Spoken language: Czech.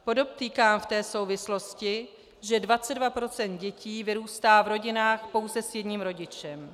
Podotýkám v té souvislosti, že 22 % dětí vyrůstá v rodinách pouze s jedním rodičem.